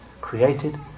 Created